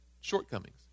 shortcomings